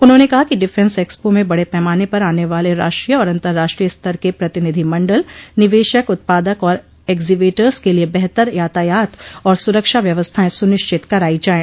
उन्होंने कहा कि डिफेंस एक्सपो में बड़े पैमाने पर आने वाले राष्ट्रीय और अंतर्राष्ट्रीय स्तर के प्रतिनिधि मंडल निवेशक उत्पादक और एक्जीवेटर्स के लिये बेहतर यातायात और सुरक्षा व्यवस्थायें सुनिश्चित कराई जायें